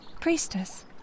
Priestess